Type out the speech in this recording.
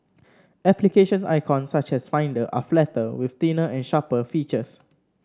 application icons such as Finder are flatter with thinner and sharper features